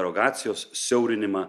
arogacijos siaurinimą